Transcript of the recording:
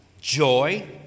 joy